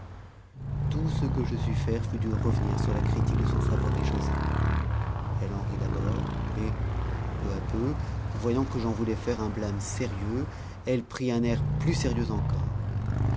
tout ce que je sus faire fut de revenir sur la critique de son favori joset elle en rit d'abord et peu à peu voyant que j'en voulais faire un blâme sérieux elle prit un air plus sérieux encore